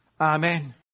Amen